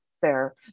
Fair